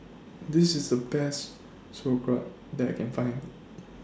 This IS The Best Sauerkraut that I Can Find